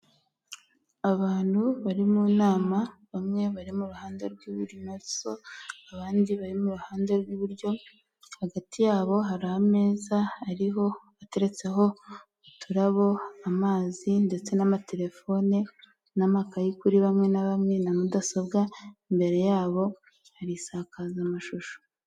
Abantu bari mu nama, bamwe bari mu ruhande rw'ibumoso, abandi bari iruhande rw'iburyo, hagati yabo hari ameza ariho, ateretseho uturabo, amazi ndetse n'amaterefone, n'amakayi kuri bamwe na bamwe na mudasobwa, imbere yabo hari insakazamashusho.